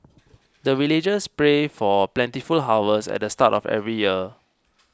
the villagers pray for plentiful harvest at the start of every year